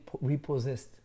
repossessed